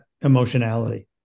emotionality